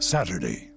Saturday